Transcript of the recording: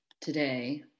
today